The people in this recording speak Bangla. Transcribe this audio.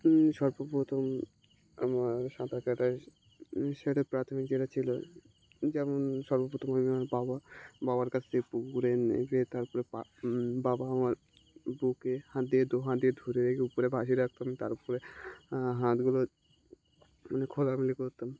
সর্বপ্রথম আমার সাঁতার কাটায় সেটা প্রাথমিক যেটা ছিল যেমন সর্বপ্রথম আমি আমার বাবা বাবার কাছ থেকে পুকুরে নেবে তারপরে পা বাবা আমার বুকে হাত দিয়ে দু হাত দিয়ে ধরে রেখে উপরে ভাসিয়ে রাখতাম তারপরে হাতগুলো মানে খোলামিলি করতাম